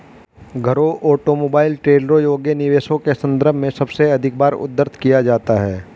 घरों, ऑटोमोबाइल, ट्रेलरों योग्य निवेशों के संदर्भ में सबसे अधिक बार उद्धृत किया जाता है